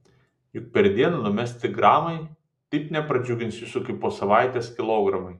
juk per dieną numesti gramai taip nepradžiugins jūsų kaip po savaitės kilogramai